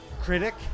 critic